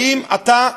האם עתה,